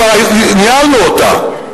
כבר ניהלנו אותה.